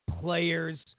players